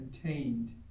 contained